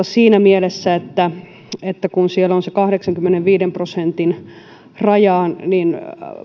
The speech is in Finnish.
siinä mielessä että että kun siellä on kahdeksankymmenenviiden prosentin raja niin